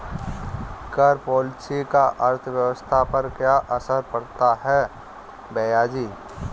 कर पॉलिसी का अर्थव्यवस्था पर क्या असर पड़ता है, भैयाजी?